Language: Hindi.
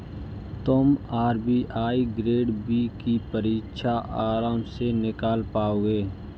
तुम आर.बी.आई ग्रेड बी की परीक्षा आराम से निकाल पाओगे